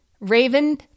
Raven